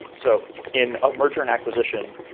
so in a merger and acquisition,